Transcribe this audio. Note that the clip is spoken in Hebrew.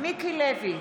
מיקי לוי,